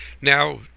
Now